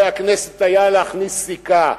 היה אפשר, חברי הכנסת, להכניס סיכה.